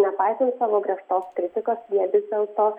nepaisant savo griežtos kritikos jie vis dėlto